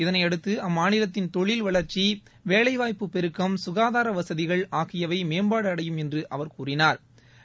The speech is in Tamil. இதனையடுத்து அம்மாநிலத்தின் தொழில் வளர்ச்சி வேலைவாய்ப்பு பெருக்கம் ககாதார வகதிகள் ஆகியவை மேம்பாடு அடையும் என்று அவர் கூறினாா்